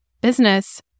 business